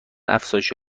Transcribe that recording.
افزایش